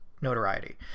notoriety